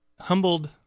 humbled